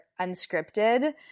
unscripted